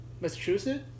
Massachusetts